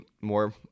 more